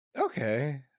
Okay